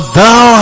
thou